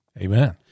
Amen